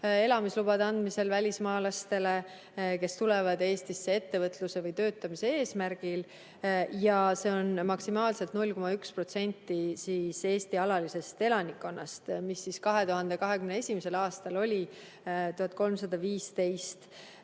elamislubade andmisel välismaalastele, kes tulevad Eestisse ettevõtluse või töötamise eesmärgil. See on maksimaalselt 0,1% Eesti alalisest elanikkonnast, 2021. aastal oli see 1315.